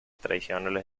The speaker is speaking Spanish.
tradicionales